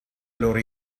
loro